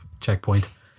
checkpoint